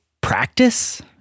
practice